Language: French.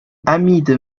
hamid